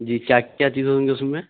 جی کیا کیا چیز ہوں گی اس میں